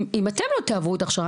אם אתם לא תעברו את ההכשרה,